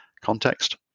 context